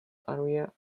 area